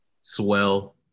swell